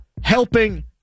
helping